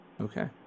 Okay